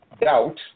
doubt